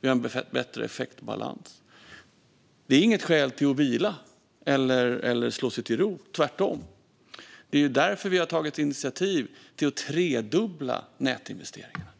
Vi har en bättre effektbalans. Det är inget skäl att vila eller slå sig till ro, tvärtom. Det är därför vi har tagit initiativ till att tredubbla nätinvesteringarna.